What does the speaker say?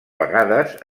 vegades